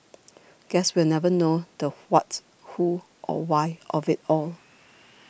guess we'll never know the what who or why of it all